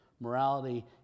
Morality